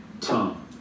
tongue